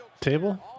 Table